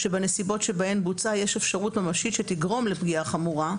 שבנסיבות שבהן בוצע יש אפשרות ממשית שתגרום לפגיעה חמורה,